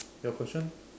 your question